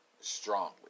strongly